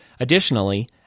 Additionally